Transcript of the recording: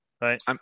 right